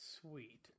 Sweet